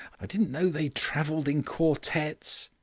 i didn't know they travelled in quartettes.